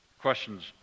Questions